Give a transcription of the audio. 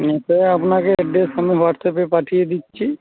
নিতে আপনাকে অ্যাড্রেস আমি হোয়াটসঅ্যাপে পাঠিয়ে দিচ্ছি